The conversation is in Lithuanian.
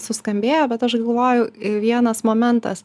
suskambėjo bet aš galvoju vienas momentas